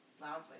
loudly